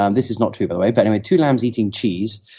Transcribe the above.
um this is not true by the way, but anyway, two lambs eating cheese.